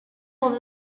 els